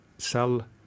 sell